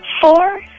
Four